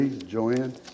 Joanne